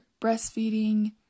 breastfeeding